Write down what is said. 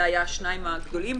זה היה השניים הגדולים,